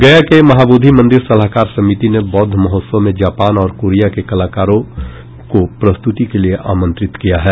गया के महाबोधि मंदिर सलाहकार समिति ने बौद्ध महोत्सव में जापान और कोरिया के कलाकारों के प्रस्तुति के लिये आमंत्रित किया है